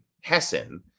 Hessen